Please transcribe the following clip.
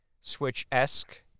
Switch-esque